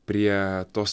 prie tos